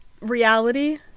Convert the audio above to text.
reality